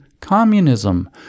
communism